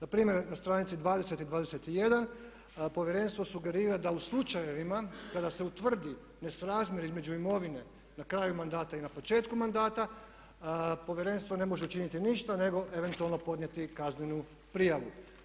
Na primjer na stranici 20. i 21. povjerenstvo sugerira da u slučajevima kada se utvrdi nesrazmjer između imovine na kraju mandata i na početku mandata povjerenstvo ne može učiniti ništa nego eventualno podnijeti kaznenu prijavu.